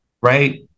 right